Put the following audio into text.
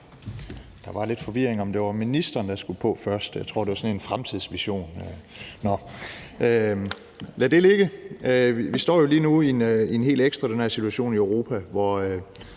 Der var lidt forvirring om, hvorvidt det var ministeren, der skulle på først. Jeg tror, det var sådan en fremtidsvision. Nå, lad det ligge. Vi står jo lige nu i en helt ekstraordinær situation i Europa, hvor